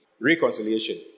Reconciliation